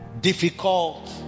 difficult